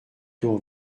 taux